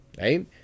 right